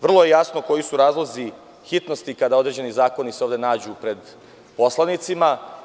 Vrlo je jasno koji su razlozi hitnosti kada se određeni zakoni ovde nađu pred poslanicima.